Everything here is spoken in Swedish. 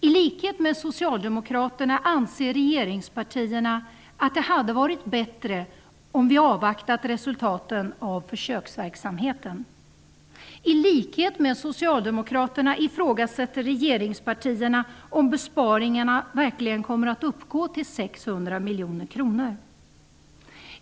I likhet med socialdemokraterna anser regeringspartierna att det hade varit bättre om vi hade avvaktat resultaten av försöksverksamheten. I likhet med socialdemokraterna ifrågasätter regeringspartierna om besparingarna verkligen kommer att uppgå till 600 miljoner kronor.